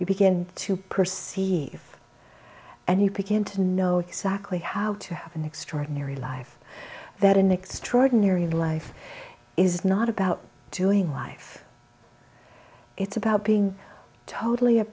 you begin to perceive and you begin to know exactly how to have an extraordinary life that an extraordinary life is not about doing life it's about being totally a